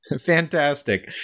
Fantastic